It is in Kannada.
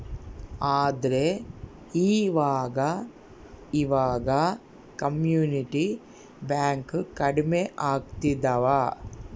ಆದ್ರೆ ಈವಾಗ ಇವಾಗ ಕಮ್ಯುನಿಟಿ ಬ್ಯಾಂಕ್ ಕಡ್ಮೆ ಆಗ್ತಿದವ